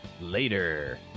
later